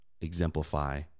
exemplify